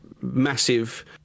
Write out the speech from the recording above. massive